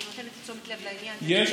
היא נותנת תשומת לב לעניין, יש